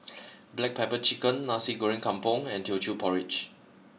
Black Pepper Chicken Nasi Goreng Kampung and Teochew Porridge